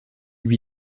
lui